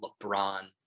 LeBron